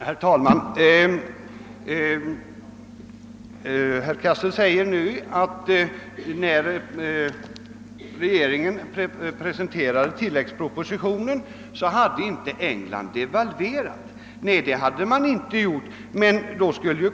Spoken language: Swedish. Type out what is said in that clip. Herr talman! Herr Cassel säger nu att England inte hade devalverat, när regeringen presenterade tilläggspropo :sitionen.